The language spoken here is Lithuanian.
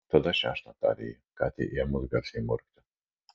tada šeštą tarė ji katei ėmus garsiai murkti